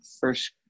first